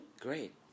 Great